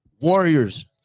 Warriors